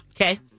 Okay